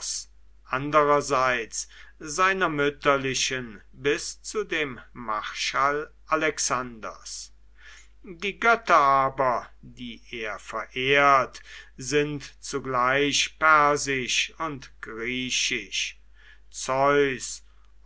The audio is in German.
andererseits seiner mütterlichen bis zu dem marschall alexanders die götter aber die er verehrt sind zugleich persisch und griechisch zeus